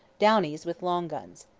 downie's with long guns.